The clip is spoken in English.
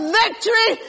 victory